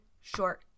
short